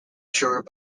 shore